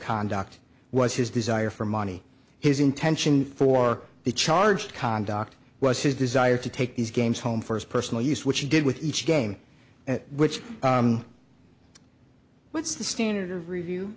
conduct was his desire for money his intention for the charged conduct was his desire to take these games home first personal use which he did with each game which what's the standard review